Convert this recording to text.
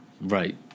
Right